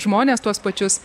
žmones tuos pačius